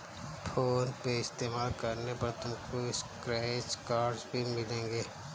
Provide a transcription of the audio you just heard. phone पे इस्तेमाल करने पर तुमको स्क्रैच कार्ड्स भी मिलेंगे